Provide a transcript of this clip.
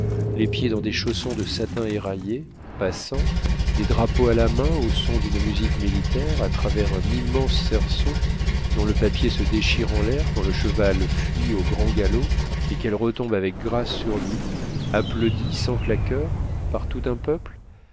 les pieds dans des chaussons de satin éraillé passant des drapeaux à la main aux sons d'une musique militaire à travers un immense cerceau dont le papier se déchire en l'air quand le cheval fuit au grand galop et qu'elle retombe avec grâce sur lui applaudie sans claqueurs par tout un peuple